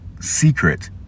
secret